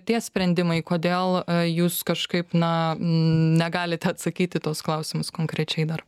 tie sprendimai kodėl jūs kažkaip na negalite atsakyt į tuos klausimus konkrečiai dar